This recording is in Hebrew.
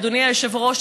אדוני היושב-ראש,